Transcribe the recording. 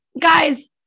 Guys